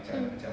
mm